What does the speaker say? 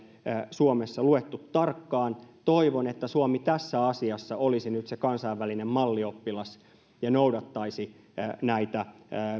suomessa luettu tarkkaan toivon että suomi tässä asiassa olisi nyt se kansainvälinen mallioppilas ja noudattaisi näitä